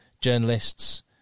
journalists